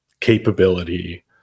capability